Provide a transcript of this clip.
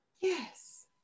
yes